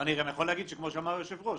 אני גם יכול להגיד שכמו שאמר היושב ראש,